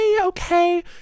okay